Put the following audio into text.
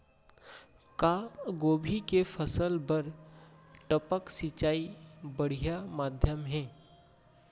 का गोभी के फसल बर टपक सिंचाई बढ़िया माधयम हे?